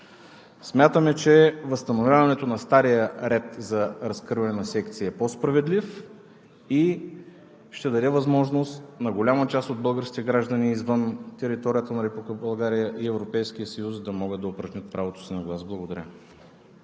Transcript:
смятаме, че възстановяването на стария ред за разкриване на секции е по-справедлив и ще даде възможност на голяма част от българските граждани извън територията на Република България и Европейския съюз да могат да упражнят правото си на глас. Благодаря.